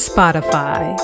Spotify